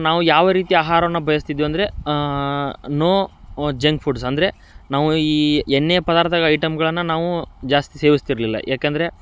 ನಾವು ಯಾವ ರೀತಿ ಆಹಾರವನ್ನು ಬಯಸ್ತಿದ್ವಿ ಅಂದರೆ ನೋ ಜಂಕ್ ಫುಡ್ಸ್ ಅಂದರೆ ನಾವು ಈ ಎಣ್ಣೆ ಪದಾರ್ಥ ಐಟಮ್ಗಳನ್ನು ನಾವು ಜಾಸ್ತಿ ಸೇವಿಸ್ತಿರಲಿಲ್ಲ ಏಕೆಂದ್ರೆ